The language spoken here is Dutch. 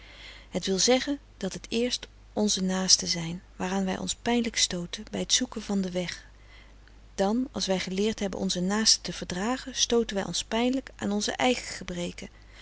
het wil zeggen dat het eerst onze naasten zijn waaraan wij ons pijnlijk stooten bij t zoeken van den weg dan als wij geleerd hebben onze naasten te verdragen stooten wij ons pijnlijk aan onze eigen gebreken